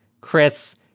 Chris